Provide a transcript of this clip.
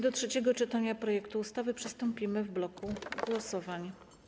Do trzeciego czytania projektu ustawy przystąpimy w bloku głosowań.